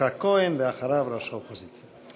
יצחק כהן, ואחריו, ראש האופוזיציה.